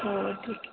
हो ठीक आहे